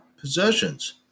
possessions